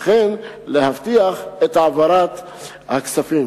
וכך להבטיח את העברת הכספים.